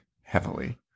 heavily